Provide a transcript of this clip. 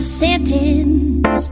sentence